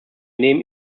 nehmen